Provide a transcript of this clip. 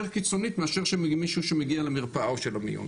קיצונית מאשר מישהו שמגיע למרפאה או למיון.